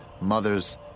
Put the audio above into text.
mothers